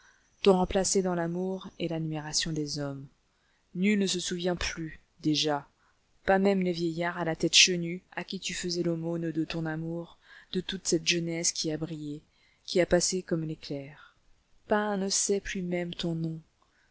t'ont remplacée dans l'amour et l'admiration des hommes nul ne se souvient plus déjà pas même les vieillards à la tête chenue à qui tu faisais l'aumône de ton amour de toute cette jeunesse qui a brillé qui a passé comme l'éclair pas un ne sait plus même ton nom